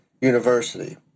University